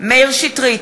מאיר שטרית,